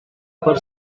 per